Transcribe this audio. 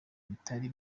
bitari